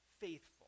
faithful